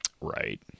Right